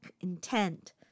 intent